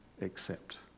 accept